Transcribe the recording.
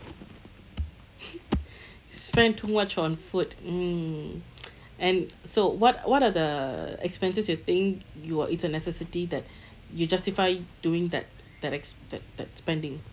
spend too much on food mm and so what what are the expenses you think you are it's a necessity that you justify doing that that ex~ that that spending